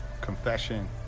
confession